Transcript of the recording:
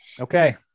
Okay